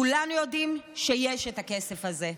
כולנו יודעים שיש את הכסף הזה,